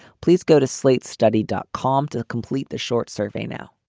please go to slate's study dot com to complete the short survey now